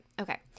Okay